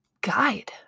guide